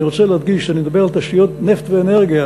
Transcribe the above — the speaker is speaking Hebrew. אני רוצה להדגיש שאני מדבר על תשתיות נפט ואנרגיה.